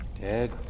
dead